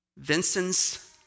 Vincent's